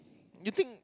you think